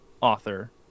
author